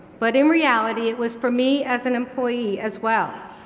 but in reality it was for me as an employee as well.